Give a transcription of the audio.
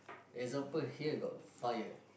example here got fire